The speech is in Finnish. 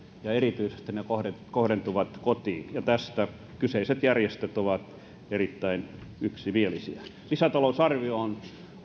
ja ne kohdentuvat kohdentuvat erityisesti kotiin ja tästä kyseiset järjestöt ovat erittäin yksimielisiä lisätalousarvio on